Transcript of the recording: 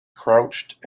crouched